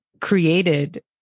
created